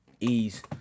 Ease